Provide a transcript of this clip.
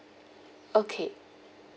okay